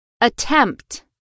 Attempt